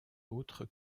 autre